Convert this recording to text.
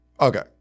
Okay